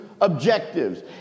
objectives